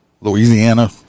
Louisiana